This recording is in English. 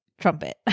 trumpet